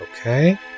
okay